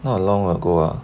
not long ago ah